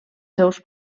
seus